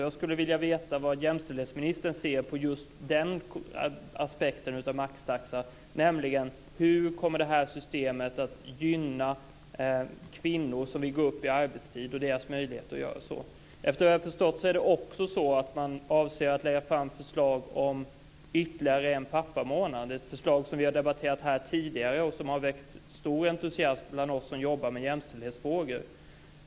Jag skulle vilja veta hur jämställdhetsministern ser på maxtaxan ur en viss aspekt, nämligen hur det här systemet kommer att gynna kvinnor som vill gå upp i arbetstid och deras möjligheter att göra så. Såvitt jag förstår är det också så att man avser att lägga fram förslag om ytterligare en pappamånad - ett förslag som debatterats här tidigare och som har väckt stor entusiasm bland oss som jobbar med jämställdhetsfrågor.